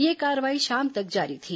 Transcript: यह कार्रवाई शाम तक जारी थी